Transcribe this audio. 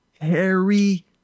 Harry